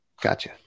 Gotcha